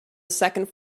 second